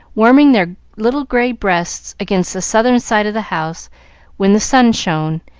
warming their little gray breasts against the southern side of the house when the sun shone,